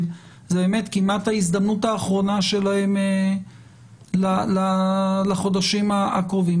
זה באמת כמעט ההזדמנות האחרונה שלהם לחודשים הקרובים.